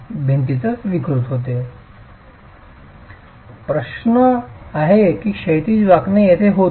विद्यार्थीः सर येथे आहेत प्रश्न आहे की क्षैतिज वाकणे येथे होत आहे